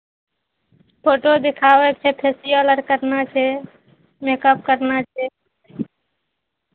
photo दिखाबयके छै facial अर करना छै मेकअप करना छै